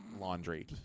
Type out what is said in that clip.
laundry